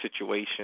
situation